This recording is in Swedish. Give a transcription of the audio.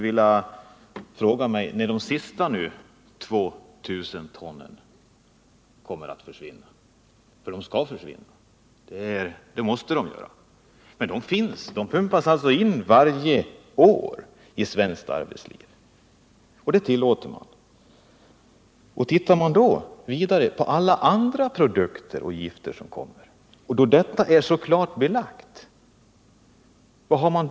När kommer de 2 000 ton asbest vi i dag importerar att försvinna? De måste ju försvinna. Man tillåter alltså att 2.000 ton varje år pumpas in i svenskt näringsliv. Nya produkter och gifter kommer till, men vad gör man?